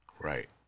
Right